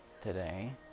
today